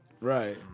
Right